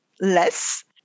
less